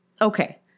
okay